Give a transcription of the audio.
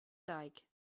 like